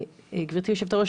גברתי היושבת-ראש,